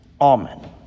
Amen